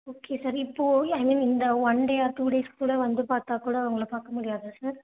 okay sir இப்போ I mean இந்த one day or two days கூட வந்து பார்த்தா கூட உங்களை பார்க்க முடியாதா சார்